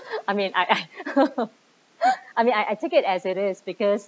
I mean I I I mean I I take it as it is because